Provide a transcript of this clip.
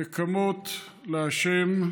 הנקמות להשם.